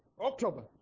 October